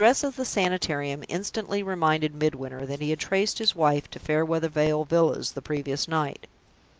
the address of the sanitarium instantly reminded midwinter that he had traced his wife to fairweather vale villas the previous night.